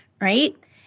right